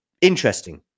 interesting